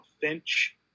Finch